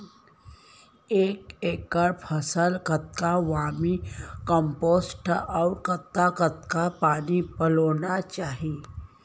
एक एकड़ फसल कतका वर्मीकम्पोस्ट अऊ कतका कतका पानी पलोना चाही?